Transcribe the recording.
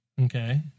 Okay